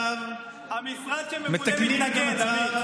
המשרד שממונה מתנגד, עמית.